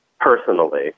personally